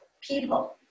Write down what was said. people